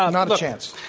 um not a chance.